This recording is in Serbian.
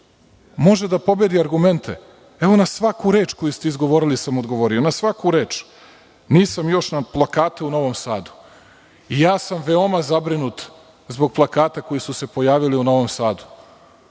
može da pobedi argumente? Evo na svaku reč koju ste izgovorili sam odgovorio, na svaku reč. Nisam još na plakate u Novom Sadu. Veoma sam zabrinut zbog plakata koji su se pojavili u Novom Sadu.